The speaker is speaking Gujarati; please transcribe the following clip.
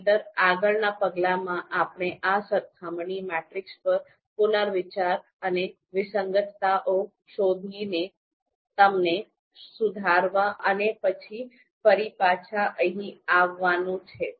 નહિંતર આગળના પગલામાં આપણે આ સરખામણી મેટ્રિક્સ પર પુનર્વિચાર અને વિસંગતતાઓ શોધીને તેમને સુધારવા અને પછી ફરી પાછા અહી આવવાનું છે